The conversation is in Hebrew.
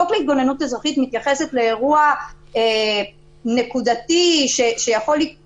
חוק להתגוננות אזרחית מתייחס לאירוע נקודתי שיכול